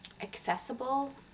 accessible